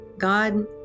God